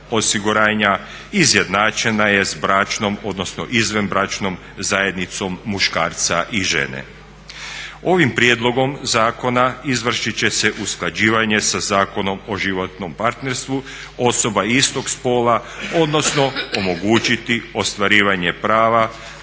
izjednačena je s bračnom odnosno izvanbračnom zajednicom muškarca i žene. Ovim prijedlogom zakona izvršit će se usklađivanje sa Zakonom o životnom partnerstvu osoba istog spola, odnosno omogućiti ostvarivanje prava